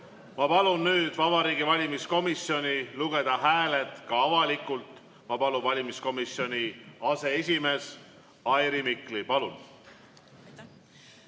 Ma palun nüüd Vabariigi Valimiskomisjonil lugeda hääled ka avalikult. Palun, valimiskomisjoni aseesimees Airi Mikli!